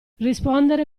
rispondere